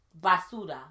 basura